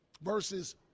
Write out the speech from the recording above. versus